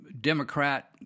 Democrat –